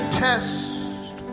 test